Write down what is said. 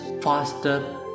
faster